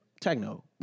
techno